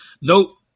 Nope